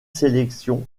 sélections